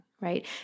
right